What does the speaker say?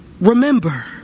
remember